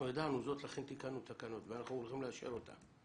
ידענו את זה ולכן תיקנו תקנות ואנחנו הולכים לאשר אותן.